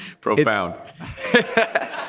Profound